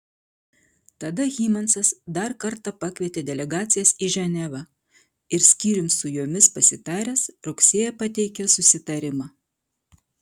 tada hymansas dar kartą pakvietė delegacijas į ženevą ir skyrium su jomis pasitaręs rugsėjį pateikė susitarimą